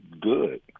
good